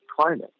climate